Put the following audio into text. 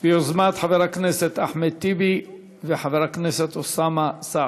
ביוזמת חבר הכנסת אחמד טיבי וחבר הכנסת אוסאמה סעדי.